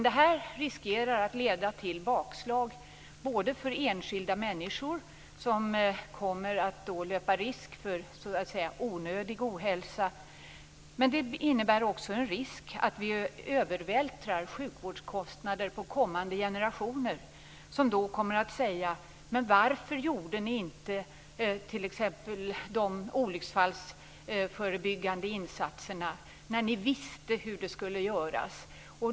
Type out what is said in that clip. Detta riskerar att leda till bakslag för enskilda människor som löper risk för onödig ohälsa. Det innebär också en risk för att vi övervältrar sjukvårdskostnader på kommande generationer som kommer att säga: Varför gjorde ni t.ex. inte olycksfallförebyggande insatser när ni visste hur de skulle göras.